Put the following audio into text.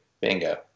Bingo